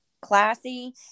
classy